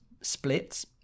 splits